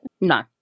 No